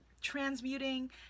transmuting